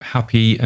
Happy